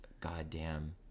goddamn